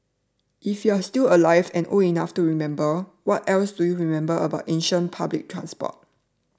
if you're still alive and old enough to remember what else do you remember about ancient public transport